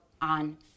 on